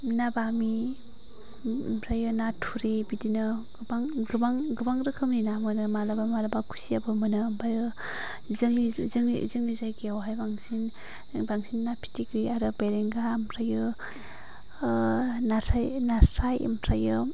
ना बामि आमफ्राइयो ना थुरि बिदिनो गोबां गोबां गोबां रोखोमनि ना मोनो मालाबा मालाबा खुसियाबो मोनो आमफ्राइयो जोंनि जोंनि जोंनि जायगायावहाय बांसिन बांसिन ना फिथिख्रि आरो बेरेंगा आमफ्राइयो नास्राय नास्राय आमफ्राइयो